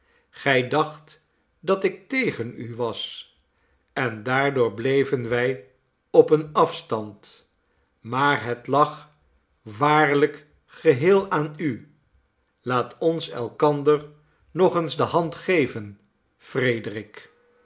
gij dacht dat ik tegen u was en daardoor bleven wij op een afstand maar het lag waarlijk geheel aan u laat ons elkander nog eens de hand geven frederik